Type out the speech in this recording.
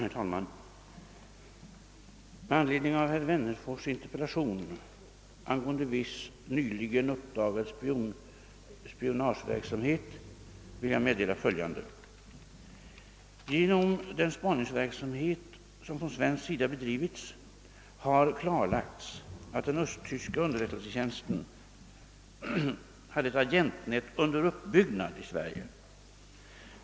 Herr talman! Med anledning av herr Wennerfors” interpellation angående viss nyligen uppdagad spionageverksamhet vill jag meddela följande: Genom den spaningsverksamhet som från svensk sida bedrivits har klarlagts, att den östtyska underrättelsetjänsten hade ett agentnät under uppbyggnad i Sverige.